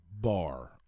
bar